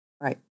Right